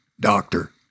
doctor